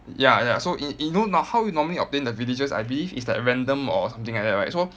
ya ya so you you know no~ how you normally obtain the villagers I believe is like random or something like that right so